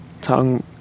tongue